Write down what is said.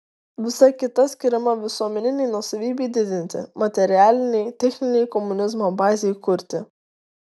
visa kita skiriama visuomeninei nuosavybei didinti materialinei techninei komunizmo bazei kurti